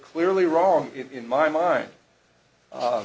clearly wrong in my mind